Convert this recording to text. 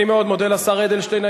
אני מאוד מודה לשר אדלשטיין.